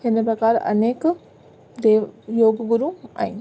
हिन प्रकार अनेक देव योग गुरू आहिनि